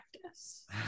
practice